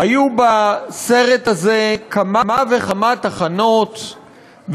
היו בסרט הזה כמה וכמה תחנות,